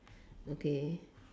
okay